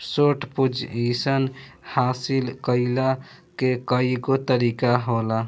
short position हासिल कईला के कईगो तरीका होला